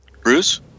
Bruce